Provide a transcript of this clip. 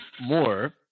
more